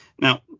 Now